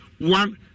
one